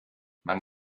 man